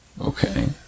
Okay